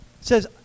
says